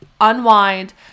unwind